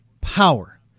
power